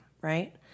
right